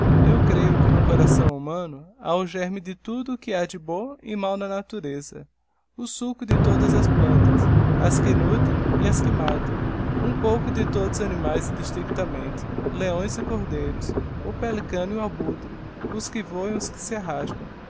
eu creio que no coração humano ha o gérmen de tudo o que ha de bom e máu na natureza o sueco de todas as plantas as que nutrem e as que matam um pouco de todos os animaes indistinctamente leões e cordeiros o pelicano e o abutre os que voam e os que se anastam